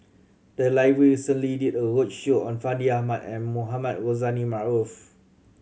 the library recently did a roadshow on Fandi Ahmad and Mohamed Rozani Maarof